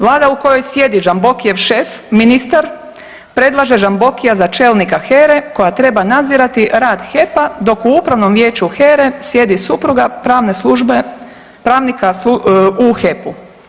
Vlada u kojoj sjedi Žambokijev šef ministar, predlaže Žambokija za čelnika HERE koja treba nadzirati rad HEP-a dok u Upravnom vijeću HERE sjedi supruga pravne službe pravnika u HEP-u.